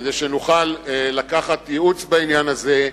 כדי שנוכל לקחת ייעוץ בעניין הזה.